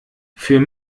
für